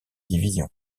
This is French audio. division